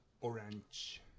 orange